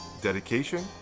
dedication